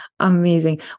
Amazing